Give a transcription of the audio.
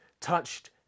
touched